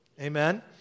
Amen